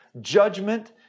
judgment